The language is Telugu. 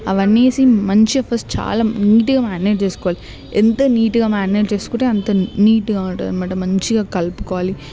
అవన్నీ వేసి మంచిగా ఫస్ట్ చాలా నీట్గా మ్యాగ్నేట్ చేసుకోవాలి ఎంత నీట్గా మ్యాగ్నేట్ చేసుకుంటే అంత నీట్గా ఉంటాదన్నమాట మంచిగా కల్పుకోవాలి